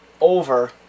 over